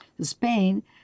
Spain